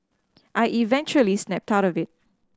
I eventually snapped of it